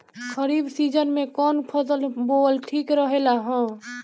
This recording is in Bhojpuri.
खरीफ़ सीजन में कौन फसल बोअल ठिक रहेला ह?